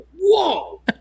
Whoa